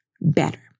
better